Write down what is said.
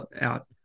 out